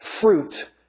fruit